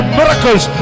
miracles